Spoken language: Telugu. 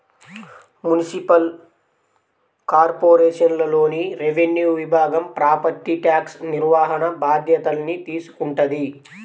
మునిసిపల్ కార్పొరేషన్లోని రెవెన్యూ విభాగం ప్రాపర్టీ ట్యాక్స్ నిర్వహణ బాధ్యతల్ని తీసుకుంటది